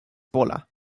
pola